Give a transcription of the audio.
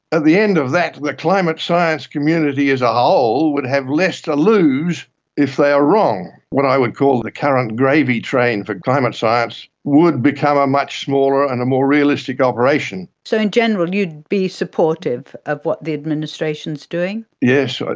the end of that the climate science community as a whole would have less to lose if they are wrong. what i would call the current gravy train for climate science would become a much smaller and a more realistic operation. so in general you'd be supportive of what the administration is doing? yes,